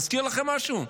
מזכיר לכם משהו?